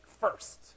first